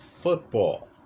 football